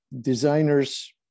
designers